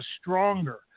stronger